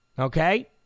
Okay